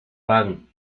pan